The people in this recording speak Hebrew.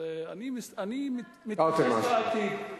אני מתייחס לעתיד.